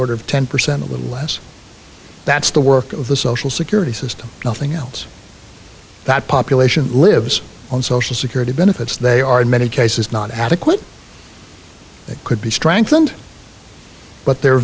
order of ten percent a little less that's the work of the social security system nothing else that population lives on social security benefits they are in many cases not adequate that could be strengthened but their